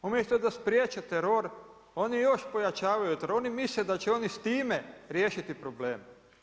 Umjesto da spriječe teror, oni još pojačavaju jer misle da će oni s time riješiti probleme.